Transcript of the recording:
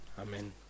amen